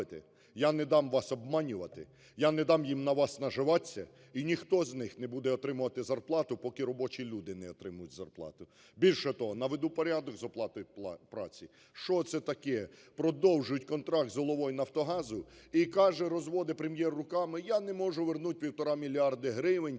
я не дам вас обманювати, я не дам їм на вас наживаться, і ніхто з них не буде отримувати зарплату, поки робочі люди не отримають зарплату. Більше того, наведу порядок з оплатою праці. Що це таке? Продовжують контракт з головою "Нафтогазу", і каже, розводить Прем'єр руками: "Я не можу вернуть півтора мільярда гривень